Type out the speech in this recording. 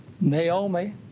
Naomi